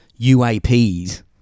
UAPs